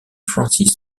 francis